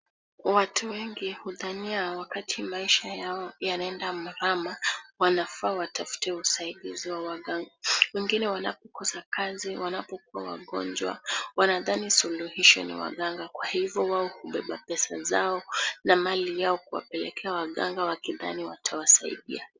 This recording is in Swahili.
Watu wengi hudhania wakati maisha yao yanaenda mrama, wanafaa watafute usaidizi wa waganga. Wengine wanapokosa kazi, wanapokua wagonjwa wanadhani suluhisho ni waganga. Kwa hivo wao hubeba pesa zao na mali yao kuwapelekea waganga wakidhani watawasaidia.